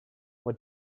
what